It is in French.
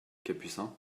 capucin